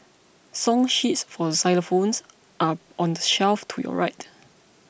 song sheets for xylophones are on the shelf to your right